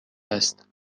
است